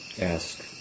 ask